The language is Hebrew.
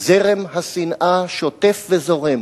זרם השנאה שוטף וזורם